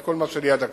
את כל מה שליד הכביש.